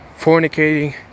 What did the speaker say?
fornicating